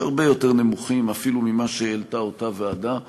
הרבה יותר נמוכים אפילו ממה שהעלתה אותה ועדה.